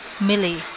Millie